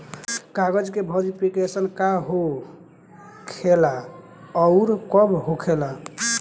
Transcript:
कागज के वेरिफिकेशन का हो खेला आउर कब होखेला?